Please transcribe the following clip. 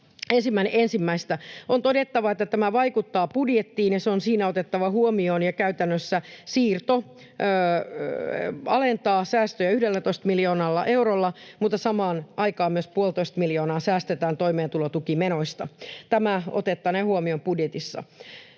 saakka. On todettava, että tämä vaikuttaa budjettiin ja se on siinä otettava huomioon ja käytännössä siirto alentaa säästöjä 11 miljoonalla eurolla, mutta samaan aikaan myös puolitoista miljoonaa säästetään toimeentulotukimenoista. Tämä otettaneen huomioon budjetissa.